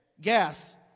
gas